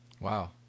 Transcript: Wow